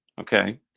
Okay